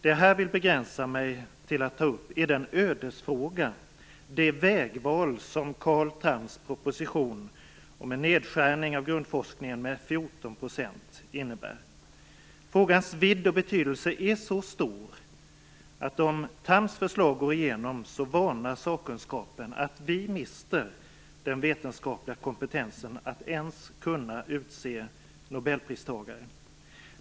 Det jag här begränsar mig till att ta upp är en ödesfråga, det vägval som Carl Thams proposition om en nedskärning av grundforskningen med 14 % innebär. Frågans vidd och betydelse är så stor att om Thams förslag går igenom varnar sakkunskapen att vi mister den vetenskapliga kompetensen att ens kunna utse nobelpristagare.